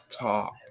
top